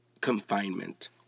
confinement